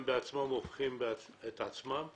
הם הופכים את עצמם לעבריינים.